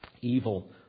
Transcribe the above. evil